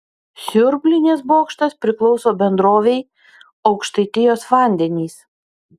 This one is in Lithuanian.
siurblinės bokštas priklauso bendrovei aukštaitijos vandenys